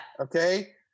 Okay